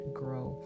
grow